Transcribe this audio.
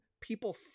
people